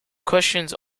questions